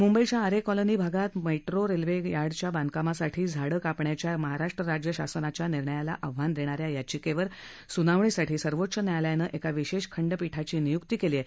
मुंबईच्या आरे कॉलनी भागात metro railway यार्डच्या बांधकामासाठी झाडं कापण्याच्या महाराष्ट्र राज्य शासनाच्या निर्णयाला आव्हान देणा या या याचिकेवर सुनावणीसाठी सर्वोच्च न्यायालयाने एका विशेष खंडपीठाची नियुक्ती केली आहे